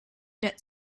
that